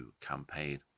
campaign